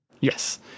Yes